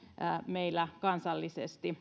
meillä kansallisesti